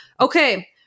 Okay